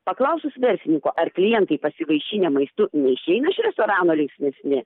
paklausus verslininko ar klientai pasivaišinę maistu neišeina iš restorano linksmesni